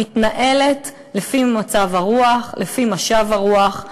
מתנהלת לפי מצב הרוח, לפי משב הרוח.